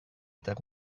eta